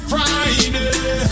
Friday